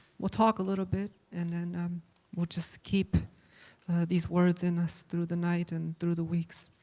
we'll talk a little bit, and then we'll just keep these words in us through the night and through the weeks.